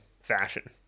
fashion